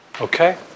Okay